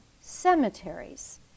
cemeteries